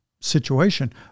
situation